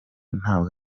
ntabwo